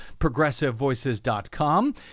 ProgressiveVoices.com